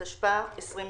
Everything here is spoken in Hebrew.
התשפ"א-2020.